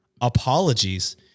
Apologies